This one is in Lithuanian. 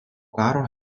karo